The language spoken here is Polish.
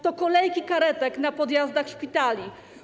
To kolejki karetek na podjazdach szpitali.